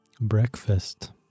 Breakfast